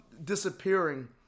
disappearing